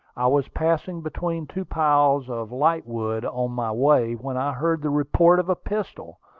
i was passing between two piles of lightwood on my way, when i heard the report of a pistol.